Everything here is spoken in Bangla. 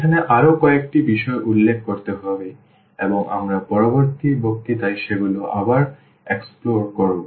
এখানে আরও কয়েকটি বিষয় উল্লেখ করতে হবে এবং আমরা পরবর্তী বক্তৃতায় সেগুলো আবার অন্বেষণ করব